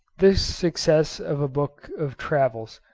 this success of a book of travels,